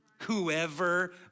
Whoever